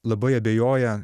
labai abejoja